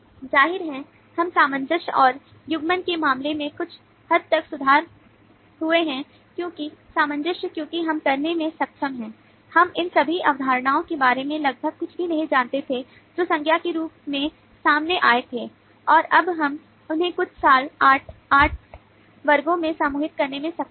जाहिर है हम सामंजस्य और युग्मन के मामले में कुछ हद तक सुधार हुए हैं क्योंकि सामंजस्य क्योंकि हम करने में सक्षम हैं हम इन सभी अवधारणाओं के बारे में लगभग कुछ भी नहीं जानते थे जो संज्ञा के रूप में सामने आए थे और अब हम उन्हें कुछ सात आठ आठ वर्गों में समूहित करने में सक्षम हैं